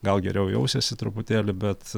gal geriau jausiuosi truputėlį bet